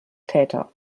täter